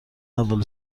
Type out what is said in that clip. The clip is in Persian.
اول